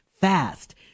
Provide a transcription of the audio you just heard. fast